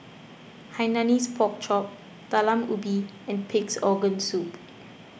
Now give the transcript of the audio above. Hainanese Pork Chop Talam Ubi and Pig's Organ Soup